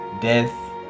death